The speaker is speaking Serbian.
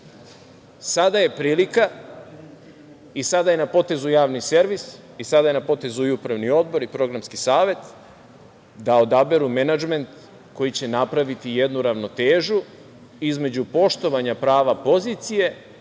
sada je prilika i sada je na potezu javni servis i sada je na potezu i upravni odbor i programski savet da odaberu menadžment koji će napraviti jednu ravnotežu između poštovanja prava pozicije